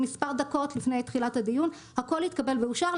שמספר דקות לפני תחילת הדיון הכול התקבל ואושר,